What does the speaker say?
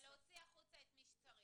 ההוכחות שבידכם ולהוציא החוצה את מי שצריך